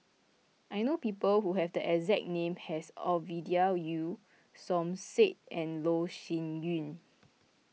I know people who have the exact name as Ovidia Yu Som Said and Loh Sin Yun